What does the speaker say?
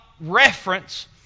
reference